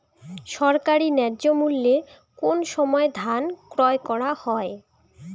সরকারি ন্যায্য মূল্যে কোন সময় ধান ক্রয় করা হয়?